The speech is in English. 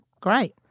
Great